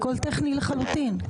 הכול טכני לחלוטין.